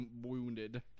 wounded